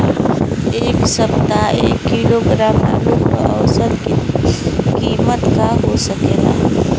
एह सप्ताह एक किलोग्राम आलू क औसत कीमत का हो सकेला?